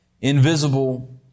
Invisible